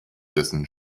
dessen